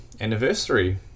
anniversary